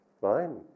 Fine